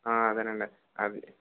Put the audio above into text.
అదేనండి అదే